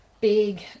big